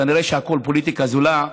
כנראה שהכול פוליטיקה זולה.